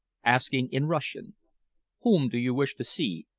asking in russian whom do you wish to see?